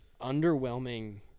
underwhelming